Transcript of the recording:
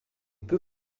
peu